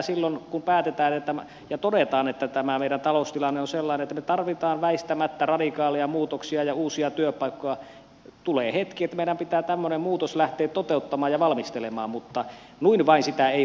silloin kun päätetään ja todetaan että tämä meidän taloustilanteemme on sellainen että me tarvitsemme väistämättä radikaaleja muutoksia ja uusia työpaikkoja tulee hetki että meidän pitää tämmöinen muutos lähteä toteuttamaan ja valmistelemaan mutta noin vain sitä ei voi tehdä